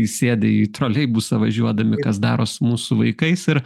įsėdę į troleibusą važiuodami kas daros mūsų vaikais ir